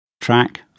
Track